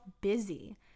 busy